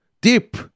deep